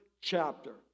chapter